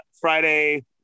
Friday